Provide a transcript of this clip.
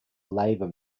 labor